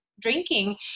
drinking